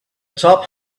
top